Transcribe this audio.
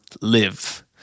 live